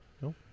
No